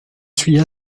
suis